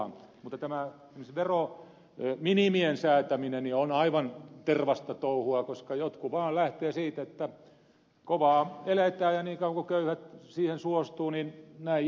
mutta esimerkiksi tämä verominimien säätäminen on aivan tervaista touhua koska jotkut vaan lähtevät siitä että kovaa eletään ja niin kauan kuin köyhät siihen suostuvat niin näin jatketaan